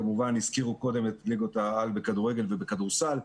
כמובן, הזכירו את ליגות העל בכדורגל ובכדורסל.